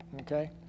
Okay